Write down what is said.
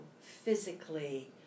physically